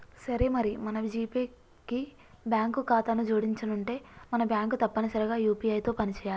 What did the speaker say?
సరే మరి మన జీపే కి బ్యాంకు ఖాతాను జోడించనుంటే మన బ్యాంకు తప్పనిసరిగా యూ.పీ.ఐ తో పని చేయాలి